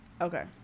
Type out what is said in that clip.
Okay